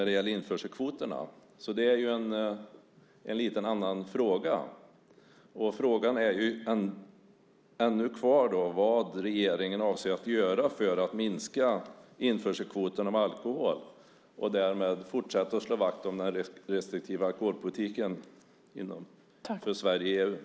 Det är en annan fråga. Min fråga kvarstår: Vad avser regeringen att göra för att minska införselkvoterna av alkohol och därmed fortsätta att slå vakt om den restriktiva alkoholpolitiken för Sverige i EU?